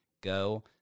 go